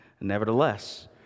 Nevertheless